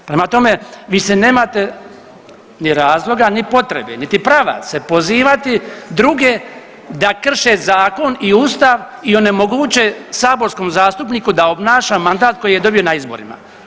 Prema tome, vi se nemate ni razloga, ni potrebe, niti prava se pozivati druge da krše zakon i ustav i onemoguće saborskom zastupniku da obnaša mandat koji je dobio na izborima.